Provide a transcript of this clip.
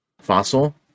fossil